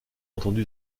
entendu